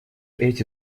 эти